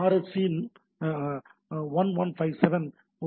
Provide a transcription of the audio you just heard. RFC 1157 ஒரு S